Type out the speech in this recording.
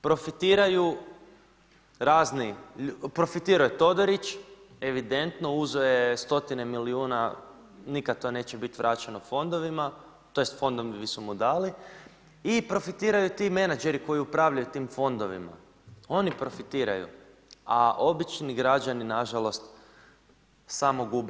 Profitiraju razni, profitirao je Todorić, evidentno uzeo je stotine milijuna, nikada to neće biti vraćeno fondovima, tj. fondovi su mu dali i profitiraju ti menadžeri koji upravljaju tim fondovima, oni profitiraju a obični građani nažalost samo gube.